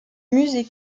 musée